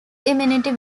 immunity